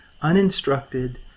uninstructed